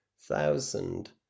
thousand